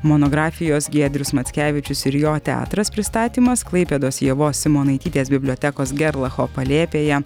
monografijos giedrius mackevičius ir jo teatras pristatymas klaipėdos ievos simonaitytės bibliotekos gerlacho palėpėje